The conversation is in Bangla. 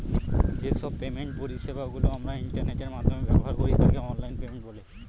যে সব পেমেন্ট পরিষেবা গুলো আমরা ইন্টারনেটের মাধ্যমে ব্যবহার করি তাকে অনলাইন পেমেন্ট বলে